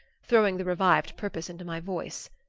throwing the revived purpose into my voice.